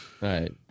right